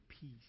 peace